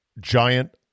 giant